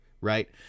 right